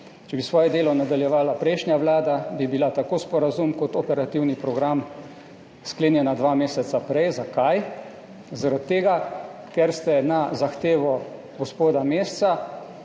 Če bi svoje delo nadaljevala prejšnja vlada, bi bila tako sporazum kot operativni program sklenjena dva meseca prej. Zakaj? Zaradi tega, ker ste na zahtevo gospoda Mesca